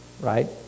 right